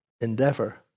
endeavor